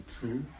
true